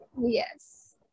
Yes